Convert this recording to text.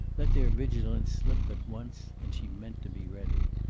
let their vigilance slip but once, and she meant to be ready.